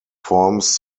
forms